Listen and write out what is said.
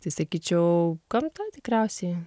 tai sakyčiau gamta tikriausiai